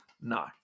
No